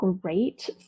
great